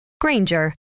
Granger